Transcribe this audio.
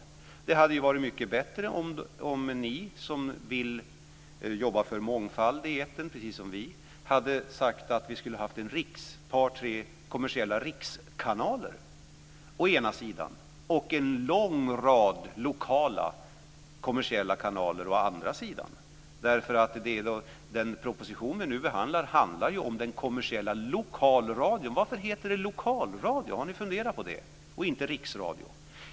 Det hade varit mycket bättre om ni som vill jobba för mångfald i etern precis som vi, hade sagt att vi å ena sidan skulle ha haft ett par tre kommersiella rikskanaler, å andra sidan en lång rad lokala kommersiella kanaler. Den proposition vi nu behandlar handlar ju om den kommersiella lokalradion. Varför heter det lokalradio? Har ni funderat på det? Varför heter det inte riksradio?